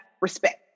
respect